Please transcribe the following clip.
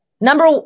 Number